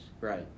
Right